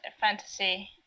fantasy